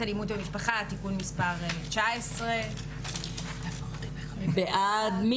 אלימות במשפחה (תיקון מס' 19). הצבעה הצעת